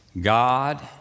God